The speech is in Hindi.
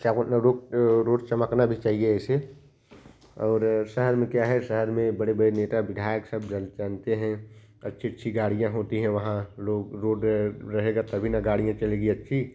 शहरों में रोड रोड चमकना भी चाहिए ऐसे और शहर में क्या है शहर में बड़े बड़े नेता विधायक सब गणतंत्र है अच्छी अच्छी गाड़ियाँ होती हैं वहाँ लोग रोड रहेगा तभी न गाड़ियाँ चलेंगी अच्छी